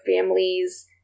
families